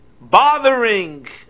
bothering